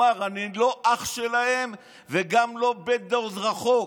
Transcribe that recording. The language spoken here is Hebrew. אמר: אני לא אח שלהם וגם לא בן דוד רחוק.